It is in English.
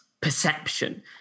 perception